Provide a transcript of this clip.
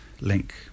link